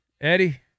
Eddie